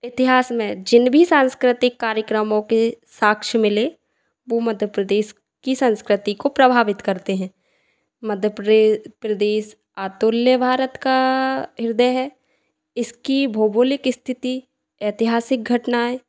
इतिहास में जिन भी सांस्कृतिक कार्यक्रमों के साक्ष्य मिले वह मध्य प्रदेश की संस्कृति को प्रभावित करते हैं मध्य प्रदे प्रदेश अतुल्य भारत का हृदय है इसकी भौगोलिक स्थिति ऐतिहासिक घटनाएँ